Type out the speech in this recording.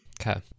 Okay